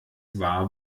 war